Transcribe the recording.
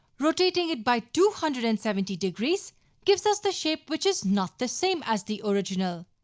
rotating it by two hundred and seventy degrees gives us the shape which is not the same as the original.